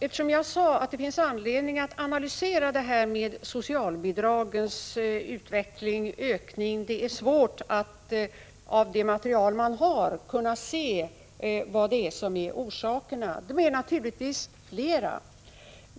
Fru talman! Det finns anledning att analysera ökningen av socialbidragen. Det är svårt att av det material som vi har kunna se vilka orsakerna är — och de är naturligtvis flera.